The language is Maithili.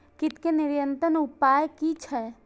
कीटके नियंत्रण उपाय कि छै?